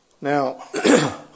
Now